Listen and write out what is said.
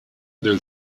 del